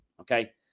okay